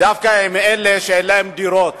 דווקא עם אלה שאין להם דירות,